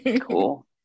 cool